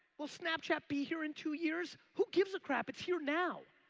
will snapchat be here in two years? who gives a crap, it's here now.